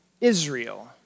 Israel